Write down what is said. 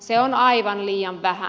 se on aivan liian vähän